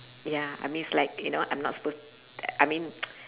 ya I miss like you know I'm not suppose I mean